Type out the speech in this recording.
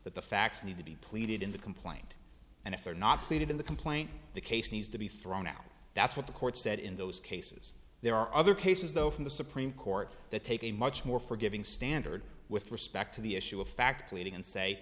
that the facts need to be pleaded in the complaint and if they're not pleaded in the complaint the case needs to be thrown out that's what the court said in those cases there are other cases though from the supreme court that take a much more forgiving standard with respect to the issue of fact leaving and s